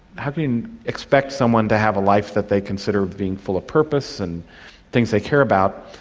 how can expect someone to have a life that they consider being full of purpose and things they care about,